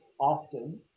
often